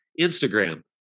Instagram